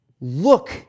look